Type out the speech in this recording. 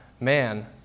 man